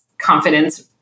confidence